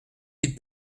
vite